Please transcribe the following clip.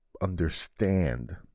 understand